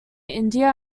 india